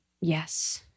Yes